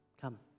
come